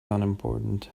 unimportant